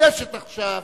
ומחודשת עכשיו